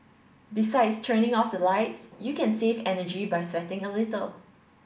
besides turning off the lights you can save energy by sweating a little